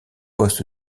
poste